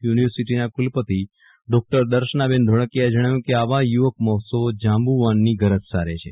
યુનિવર્સિટીના કુલપતિ ડોકટર દર્શનાબહેન ધોળકીયાએ જણાવ્યું હતું કે આવા યુવક મહોત્સવો જાંબુવાનની ગરજ સારે છે